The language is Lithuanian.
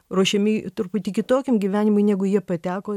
ruošiami truputį kitokiam gyvenimui negu jie pateko